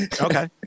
okay